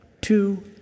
two